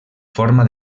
forma